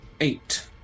eight